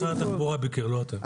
משרד התחבורה ביקר, לא אתם.